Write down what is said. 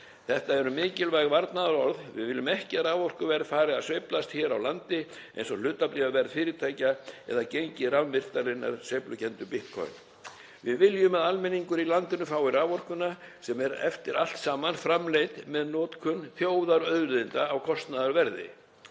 Þetta eru mikilvæg varnaðarorð. Við viljum ekki að raforkuverð fari að sveiflast hér á landi eins og hlutabréfaverð fyrirtækja eða gengi rafmyntarinnar sveiflukenndu, bitcoin. Við viljum að almenningur í landinu fái raforkuna sem er eftir allt saman framleidd með notkun þjóðarauðlinda á kostnaðarverði.